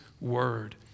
word